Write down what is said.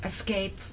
escape